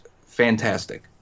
fantastic